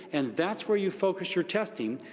and that's where you focus your testing,